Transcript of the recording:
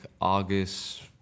August